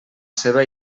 seva